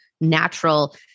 natural